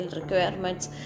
requirements